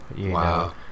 Wow